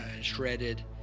shredded